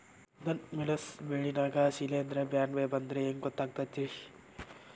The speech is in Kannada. ನನ್ ಮೆಣಸ್ ಬೆಳಿ ನಾಗ ಶಿಲೇಂಧ್ರ ಬ್ಯಾನಿ ಬಂದ್ರ ಹೆಂಗ್ ಗೋತಾಗ್ತೆತಿ?